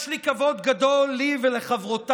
יש לי כבוד גדול, לי ולחברותיי,